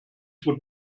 would